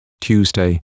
Tuesday